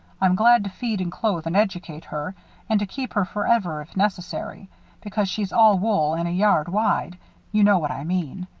i'm glad to feed and clothe and educate her and to keep her forever if necessary because she's all wool and yard wide you know what i mean.